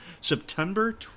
September